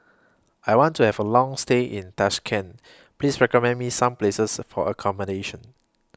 I want to Have A Long stay in Tashkent Please recommend Me Some Places For accommodation